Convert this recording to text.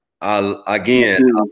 Again